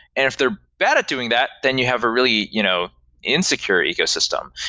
and if they're bad at doing that, then you have a really you know insecure ecosystem.